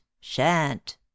shan't